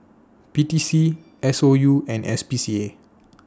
P T C S O U and S P C A